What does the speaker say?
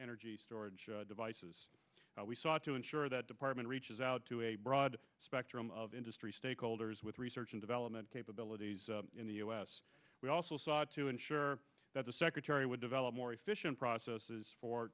energy storage devices we sought to ensure that department reaches out to a broad spectrum of industry stakeholders with research and development capabilities in the u s we also sought to ensure that the secretary would develop more efficient processes for